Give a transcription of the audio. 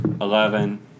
eleven